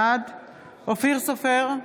בעד אופיר סופר,